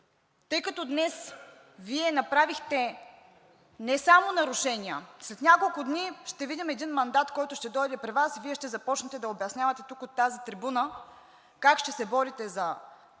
Тъй като днес Вие направихте не само нарушения. След няколко дни ще видим един мандат, който ще дойде при Вас, и Вие ще започнете да обяснявате тук, от тази трибуна, как ще се борите за демокрация,